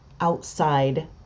outside